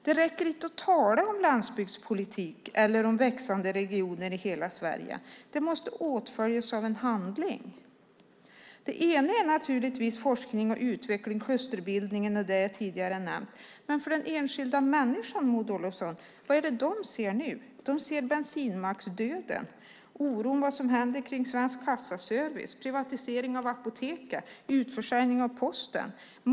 Det räcker inte att tala om landsbygdspolitik eller växande regioner i hela Sverige; det måste åtföljas av handling. En sak är naturligtvis forskning och utveckling, klusterbildning och det som jag tidigare har nämnt, men vad ser den enskilda människan? De ser bensinmacksdöden, oron för vad som händer med Svensk Kassaservice, privatiseringen av apoteken, utförsäljningen av Posten.